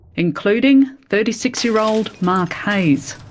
including thirty six year old mark hayes.